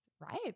right